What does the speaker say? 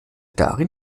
darin